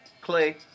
Clay